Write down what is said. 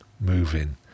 moving